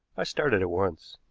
i started at once.